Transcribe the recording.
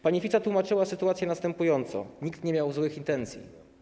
Pani Fica tłumaczyła sytuację następująco: Nikt nie miał złych intencji.